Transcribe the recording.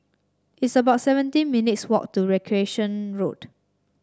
it's about seventeen minutes' walk to Recreation Road